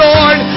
Lord